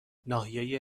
ناحیه